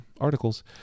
articles